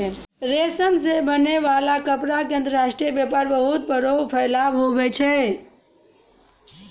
रेशम से बनै वाला कपड़ा के अंतर्राष्ट्रीय वेपार बहुत बड़ो फैलाव हुवै छै